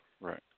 Right